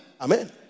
Amen